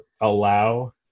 allow